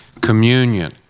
Communion